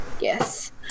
Yes